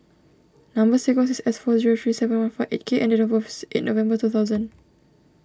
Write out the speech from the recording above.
Number Sequence is S four zero three seven one five eight K and date of births in November two thousand